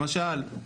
למשל,